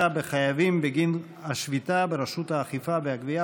בחייבים בגין השביתה ברשות האכיפה והגבייה,